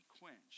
quenched